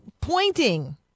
pointing